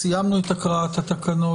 סיימנו את הקראת התקנות,